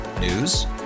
News